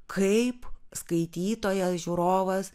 kaip skaitytojas žiūrovas